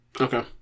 okay